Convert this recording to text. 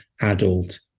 adult